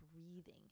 breathing